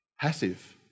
passive